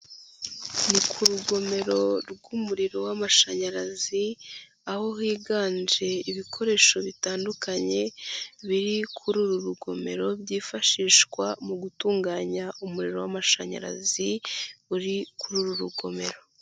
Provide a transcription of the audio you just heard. Ni ku rugomero rw'umuriro w'amashanyarazi, aho higanje ibikoresho bitandukanye biri kuri uru rugomero, byifashishwa mu gutunganya umuriro w'amashanyarazi, uri kuri uru rugomero.